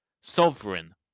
Sovereign